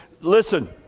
Listen